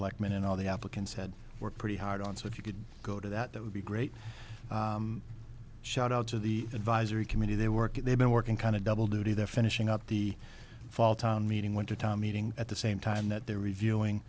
selectmen and all the applicants had worked pretty hard on so if you could go to that that would be great shout out to the advisory committee they work they've been working kind of double duty they're finishing up the fall town meeting went to town meeting at the same time that they're reviewing